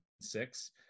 six